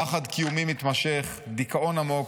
פחד קיומי מתמשך, דיכאון עמוק,